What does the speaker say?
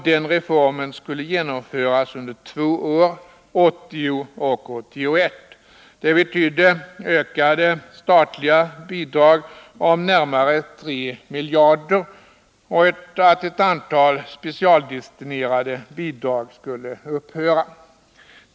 Den reformen skulle genomföras under två år — 1980 och 1981. Det betydde att de statliga bidragen ökade med närmare 3 miljarder och att ett antal specialdestinerade bidrag skulle upphöra.